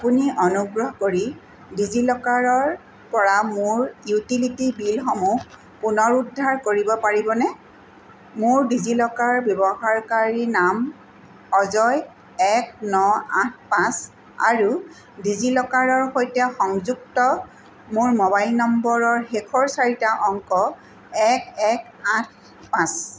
আপুনি অনুগ্ৰহ কৰি ডিজি লকাৰৰ পৰা মোৰ ইউটিলিটি বিলসমূহ পুনৰুদ্ধাৰ কৰিব পাৰিবনে মোৰ ডিজি লকাৰ ব্যৱহাৰকাৰীনাম অজয় এক ন আঠ পাঁচ আৰু ডিজি লকাৰৰ সৈতে সংযুক্ত মোৰ মোবাইল নম্বৰৰ শেষৰ চাৰিটা অংক এক এক আঠ পাঁচ